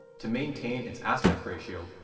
to maintain its aspect ratio,